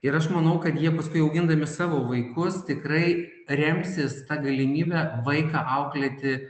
ir aš manau kad jie paskui augindami savo vaikus tikrai remsis ta galimybe vaiką auklėti